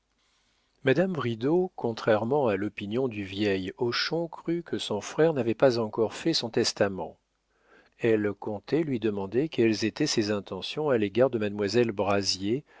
madame bridau contrairement à l'opinion du vieil hochon crut que son frère n'avait pas encore fait son testament elle comptait lui demander quelles étaient ses intentions à l'égard de mademoiselle brazier